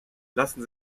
lassen